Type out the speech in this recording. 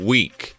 Week